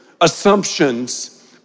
assumptions